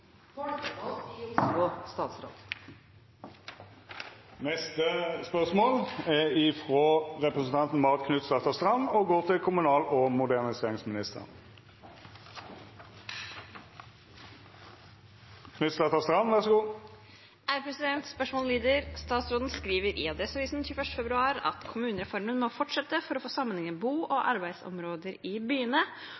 statsråd! Neste spørsmål er frå representanten Marit Knutsdatter Strand og går til kommunal- og moderniseringsministeren. Spørsmålet lyder: «Statsråden skriver i Adresseavisen 21. februar 2020 at kommunereformen må fortsette for å få sammenhengende bo- og